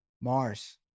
Mars